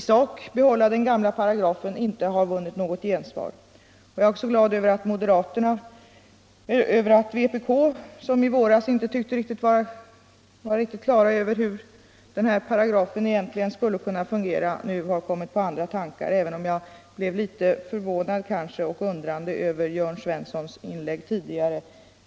sak ville behålla den gamla paragrafen inte vunnit något gensvar. Jag är också glad över att vpk, som i våras inte tycktes vara riktigt på det klara med hur den här paragrafen egentligen skulle kunna fungera, nu har kommit på andra tankar; även om jag blev litet förvånad och undrande över Jörn Svenssons inlägg tidigare.